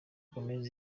gomez